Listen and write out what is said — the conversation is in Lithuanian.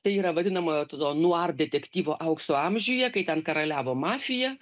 tai yra vadinamojo tudo nuar detektyvo aukso amžiuje kai ten karaliavo mafija